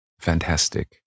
fantastic